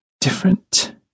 Different